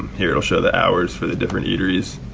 here it will show the hours for the different eateries,